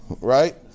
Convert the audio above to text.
right